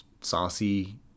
saucy